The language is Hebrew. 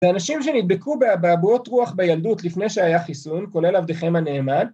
‫האנשים שנדבקו באבעבועות רוח בילדות ‫לפני שהיה חיסון, כולל עבדיכם הנעמן,